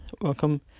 Welcome